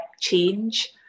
change